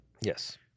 Yes